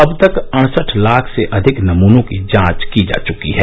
अब तक अड़सठ लाख से अधिक नमूनों की जांच की जा चुकी हैं